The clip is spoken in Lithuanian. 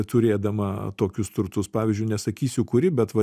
turėdama tokius turtus pavyzdžiui nesakysiu kuri bet va